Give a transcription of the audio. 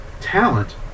talent